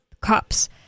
cops